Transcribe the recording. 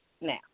Now